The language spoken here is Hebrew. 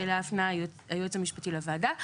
שאליה הפנה היועץ המשפטי של הוועדה.